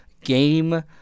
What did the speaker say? game